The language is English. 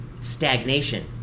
Stagnation